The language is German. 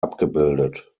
abgebildet